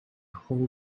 whole